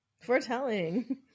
Foretelling